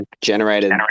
generated